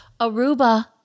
Aruba